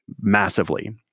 massively